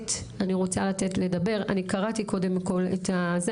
אני רוצה לתת ל-ט' לדבר, אני קראתי קודם את התקנה,